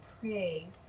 pray